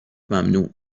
ممنوع